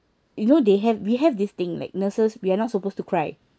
you know they have we have this thing like nurses we are not supposed to cry